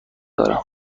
دارم